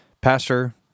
pastor